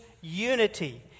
unity